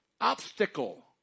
obstacle